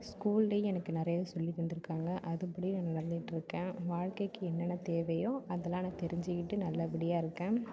ஸ்கூலையும் எனக்கு நிறையா சொல்லி தந்திருக்குறாங்க அதுபடியும் நான் நடந்துட்டிருக்கேன் வாழ்க்கைக்கு என்னென்ன தேவையோ அதலாம் எனக்கு தெரிஞ்சுக்கிட்டு நல்லபடியாக இருக்கேன்